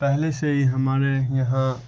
پہلے سے ہی ہمارے یہاں